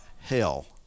hell